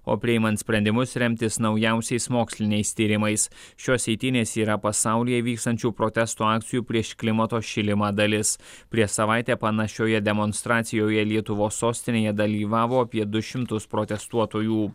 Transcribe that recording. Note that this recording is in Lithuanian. o priimant sprendimus remtis naujausiais moksliniais tyrimais šios eitynės yra pasaulyje vykstančių protesto akcijų prieš klimato šilimą dalis prieš savaitę panašioje demonstracijoje lietuvos sostinėje dalyvavo apie du šimtus protestuotojų